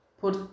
por